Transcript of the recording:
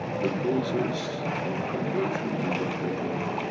the process of conversion will not take long.